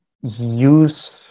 use